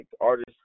artists